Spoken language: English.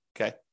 Okay